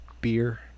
beer